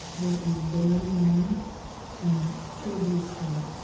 there is barren land and pure blue sky.